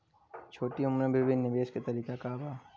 छोटी उम्र में भी निवेश के तरीका क बा?